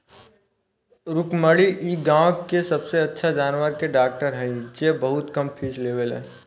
रुक्मिणी इ गाँव के सबसे अच्छा जानवर के डॉक्टर हई जे बहुत कम फीस लेवेली